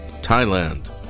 Thailand